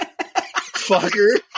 Fucker